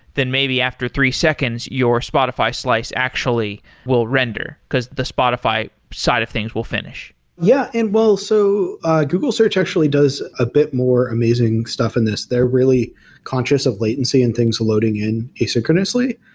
then maybe after three seconds your spotify slice actually will render, because the spotify side of things will finish yeah. well, so google search actually does a bit more amazing stuff in this. they're really conscious of latency and things loading in asynchronously,